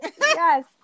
Yes